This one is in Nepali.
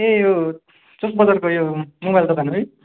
ए यो चोक बजारको यो मोबाइल दोकान है